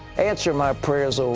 answer my prayers, ah